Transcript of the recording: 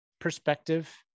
perspective